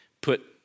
put